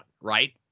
Right